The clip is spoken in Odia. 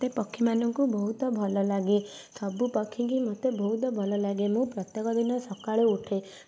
ମୋତେ ପକ୍ଷୀମାନଙ୍କୁ ବହୁତ ଭଲଲାଗେ ସବୁ ପକ୍ଷୀଙ୍କି ମତେ ବହୁତ ଭଲଲାଗେ ମୁଁ ପ୍ରତ୍ୟେକ ଦିନ ସକାଳୁ ଉଠେ